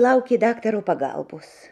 laukė daktaro pagalbos